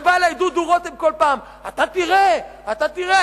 ובא אלי דודו רותם כל פעם: אתה תראה, אתה תראה.